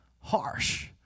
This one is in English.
harsh